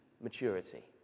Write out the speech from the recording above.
maturity